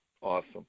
Awesome